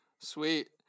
Sweet